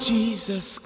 Jesus